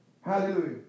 Hallelujah